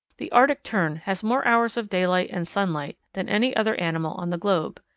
the arctic tern has more hours of daylight and sunlight than any other animal on the globe.